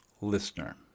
listener